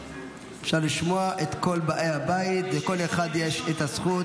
אפשר לשמוע את כל באי הבית, לכל אחד יש את הזכות.